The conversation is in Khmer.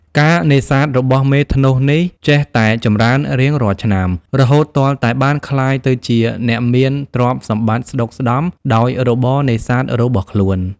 ការនេសាទ របស់មេធ្នស់នេះ ចេះតែចម្រើនរៀងរាល់ឆ្នាំ រហូតទាល់តែបានក្លាយទៅជាអ្នកមានទ្រព្យសម្បត្តិស្តុកស្តម្ភ ដោយរបរនេសាទរបស់ខ្លួន។